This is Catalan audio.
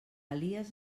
elies